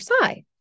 side